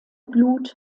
blut